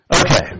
Okay